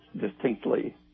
distinctly